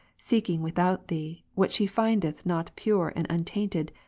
seeking without thee, what she findeth not pure and untainted,